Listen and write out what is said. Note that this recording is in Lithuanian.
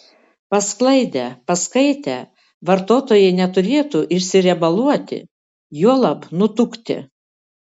pasklaidę paskaitę vartotojai neturėtų išsiriebaluoti juolab nutukti